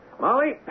Molly